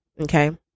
okay